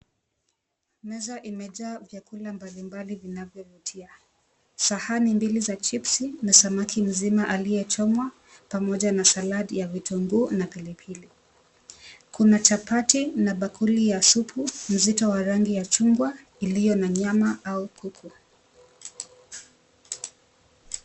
Meza imejaa vyakula mbalimbali vinavyovutia, sahani mbili za chips na samaki mzima aliyechomwa pamoja na saladi ya vitungu na pilipili. Kuna chapati na bakuli ya supu mzito wa rangi ya chungwa iliyo na nyama au kuku.